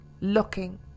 looking